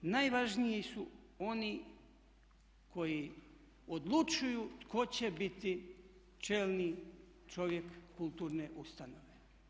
Najvažniji su oni koji odlučuju tko će biti čelni čovjek kulturne ustanove.